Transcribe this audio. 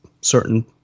certain